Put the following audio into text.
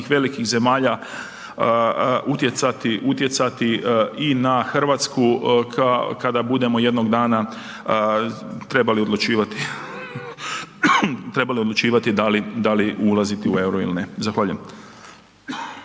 velikih zemalja utjecati, utjecati i na Hrvatsku kada budemo jednog dana trebali odlučivati da li ulaziti u EUR-o ili ne. Zahvaljujem.